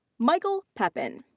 michael pepin.